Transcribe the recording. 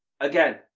Again